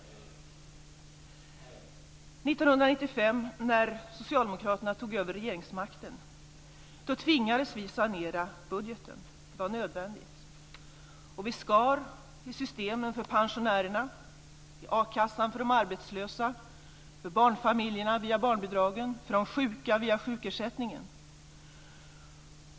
1995, när vi socialdemokrater tog över regeringsmakten, tvingades vi sanera budgeten; det var nödvändigt. Vi skar i systemen för pensionärerna, för de arbetslösa i akassan, för barnfamiljerna via barnbidragen och för de sjuka via sjukersättningen.